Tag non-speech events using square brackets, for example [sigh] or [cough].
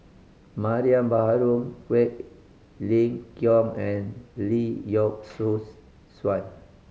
Mariam Baharom Quek Ling Kiong and Lee Yock [unintelligible] Suan